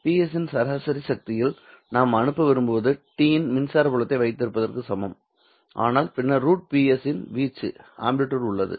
Ps இன் சராசரி சக்தியில் நாம் அனுப்ப விரும்புவது T இன் மின்சார புலத்தை வைத்திருப்பதற்கு சமம் ஆனால் பின்னர் √Ps இன் வீச்சு உள்ளது